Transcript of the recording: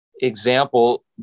example